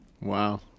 Wow